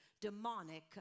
demonic